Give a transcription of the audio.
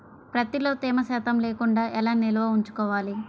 ప్రత్తిలో తేమ శాతం లేకుండా ఎలా నిల్వ ఉంచుకోవాలి?